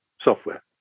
software